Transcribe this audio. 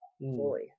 fully